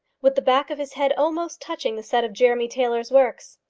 with the back of his head almost touching the set of jeremy taylor's works.